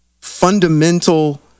fundamental